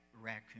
raccoon